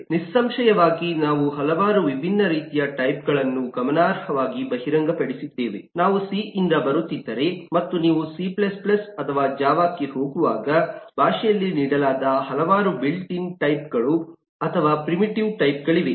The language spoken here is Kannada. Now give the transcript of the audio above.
ನಿಸ್ಸಂಶಯವಾಗಿನಾವು ಹಲವಾರು ವಿಭಿನ್ನ ರೀತಿಯ ಟೈಪ್ಗಳನ್ನು ಗಮನಾರ್ಹವಾಗಿ ಬಹಿರಂಗಪಡಿಸಿದ್ದೇವೆ ನಾವು ಸಿ ಯಿಂದ ಬರುತ್ತಿದ್ದರೆ ಮತ್ತು ನೀವು ಸಿ C ಅಥವಾ ಜಾವಾಕ್ಕೆ ಹೋಗುವಾಗ ಭಾಷೆಯಲ್ಲಿ ನೀಡಲಾದ ಹಲವಾರು ಬಿಲ್ಟ್ ಇನ್ ಟೈಪ್ಗಳು ಅಥವಾ ಪ್ರಿಮಿಟಿವಿ ಟೈಪ್primitives typeಗಳಿವೆ